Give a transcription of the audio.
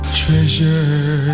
treasure